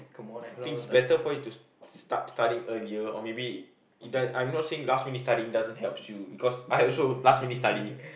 think is better for you to s~ start studying earlier or maybe it d~ I am not saying that last minute studying doesn't helps you because I also last minute study